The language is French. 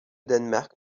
danemark